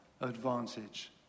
advantage